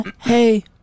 Hey